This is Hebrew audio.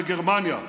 בגרמניה.